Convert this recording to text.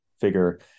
figure